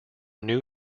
new